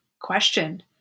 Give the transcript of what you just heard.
question